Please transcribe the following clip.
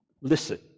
listen